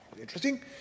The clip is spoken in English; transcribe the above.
Interesting